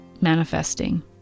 manifesting